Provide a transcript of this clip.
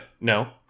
no